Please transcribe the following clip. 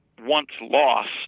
once-lost